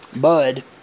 Bud